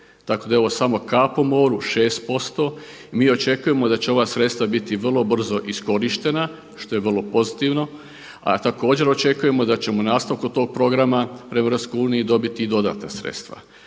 Tako da je ovo samo kap u moru 6% i mi očekujemo da će ova sredstva biti vrlo brzo iskorištena što je vrlo pozitivno, a također očekujemo da ćemo nastavkom tog programa u EU dobiti i dodatna sredstva.